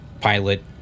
pilot